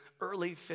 early